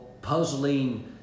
puzzling